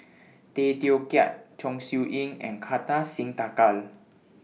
Tay Teow Kiat Chong Siew Ying and Kartar Singh Thakral